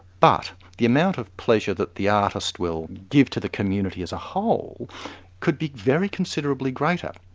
but, the amount of pleasure that the artist will give to the community as a whole could be very considerably greater,